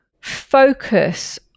focus